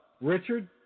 Richard